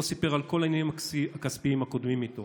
לא סיפר על כל העניינים הכספיים הקודמים איתו